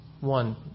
one